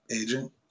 agent